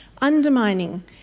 Undermining